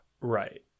right